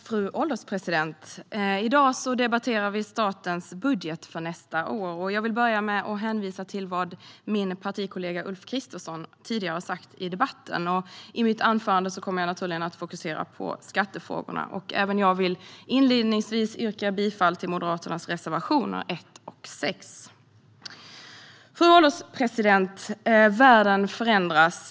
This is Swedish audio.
Fru ålderspresident! I dag debatterar vi statens budget för nästa år. Jag vill börja med att hänvisa till vad min partikollega Ulf Kristersson har sagt tidigare i debatten. I mitt anförande kommer jag naturligtvis att fokusera på skattefrågorna. Även jag vill inledningsvis yrka bifall till Moderaternas reservationer 1 och 6. Fru ålderspresident! Världen förändras.